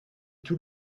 tout